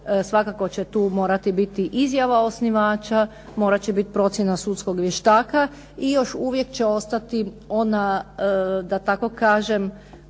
svakako će tu morati biti izjava osnivača, morat će biti procjena sudskog vještaka, i još uvijek će ostati ona, da tako kažem,